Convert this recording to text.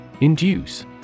Induce